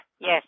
Yes